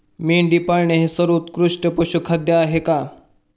मेंढी पाळणे हे सर्वोत्कृष्ट पशुखाद्य आहे का?